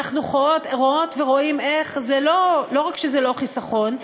אנחנו רואות ורואים איך לא רק שזה לא חיסכון,